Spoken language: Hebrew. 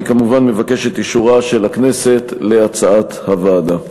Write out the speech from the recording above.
אני כמובן מבקש את אישורה של הכנסת להצעת הוועדה.